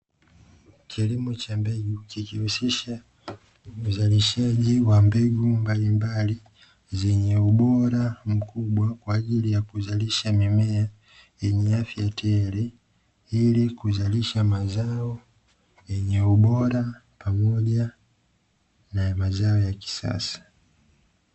Kilimo cha mbegu, huhusisha uzalishaji wa mbegu mbalimbali zenye ubora mkubwa, ili kuzalisha mimea yenye afya bora na mazao ya kisasa.